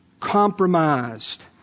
Compromised